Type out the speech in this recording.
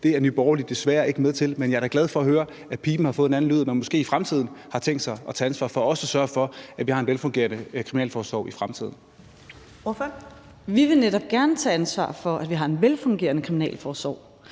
Det var Nye Borgerlige desværre ikke med til, men jeg er da glad for at høre, at piben har fået en anden lyd, og at man måske har tænkt sig at tage ansvar for også at sørge for, at vi har en velfungerende kriminalforsorg i fremtiden. Kl. 14:50 Første næstformand (Karen Ellemann): Ordføreren.